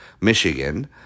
Michigan